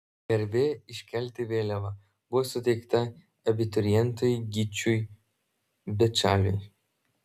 garbė iškelti vėliavą buvo suteikta abiturientui gyčiui bečaliui